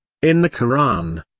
in the koran,